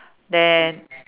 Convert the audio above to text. then